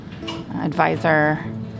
advisor